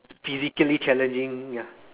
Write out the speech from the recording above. physically challenging ya